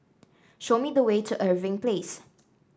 show me the way to Irving Place